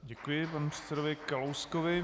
Děkuji panu předsedovi Kalouskovi.